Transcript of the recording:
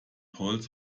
holz